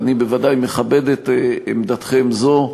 אני בוודאי מכבד את עמדתכם זו,